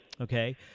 Okay